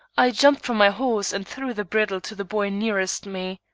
i jumped from my horse and threw the bridle to the boy nearest me.